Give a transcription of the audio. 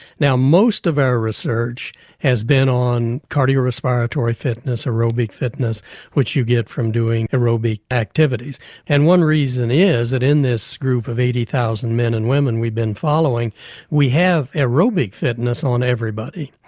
now most of our research has been on cardio-respiratory fitness, aerobic fitness which you get from doing aerobic activities and one reason is that in this group of eighty thousand men and women we've been following we have aerobic fitness on everybody.